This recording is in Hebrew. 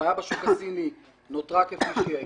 הבעיה בשוק הסיני נותרה כפי שהייתה.